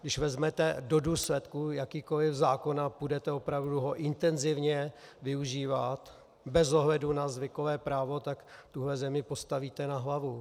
Když vezmete do důsledku jakýkoli zákon a půjdete opravdu ho intenzivně využívat bez ohledu na zvykové právo, tak tuhle zemi postavíte na hlavu.